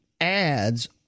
ads